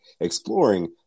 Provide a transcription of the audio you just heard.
exploring